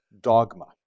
dogma